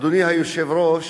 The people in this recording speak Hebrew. אדוני היושב-ראש,